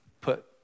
put